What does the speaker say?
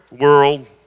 world